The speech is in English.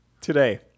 today